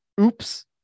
oops